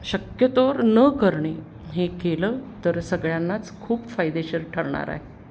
शक्यतोवर न करणे हे केलं तर सगळ्यांनाच खूप फायदेशीर ठरणार आहे